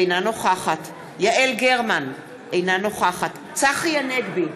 אינה נוכחת יעל גרמן, אינה נוכחת צחי הנגבי,